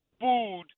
food